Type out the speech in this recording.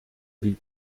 ville